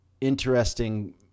interesting